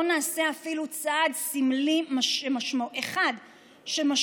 לא נעשה אפילו צעד סמלי אחד שמשמעותו: